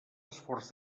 esforç